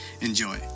enjoy